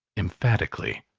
emphatically,